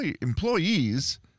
employees